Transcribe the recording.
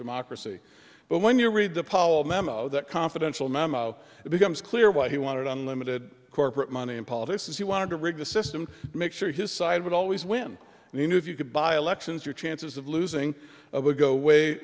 democracy but when you read the paul memo that confidential memo it becomes clear why he wanted unlimited corporate money in politics he wanted to rid the system make sure his side would always win and you knew if you could buy elections your chances of losing would go way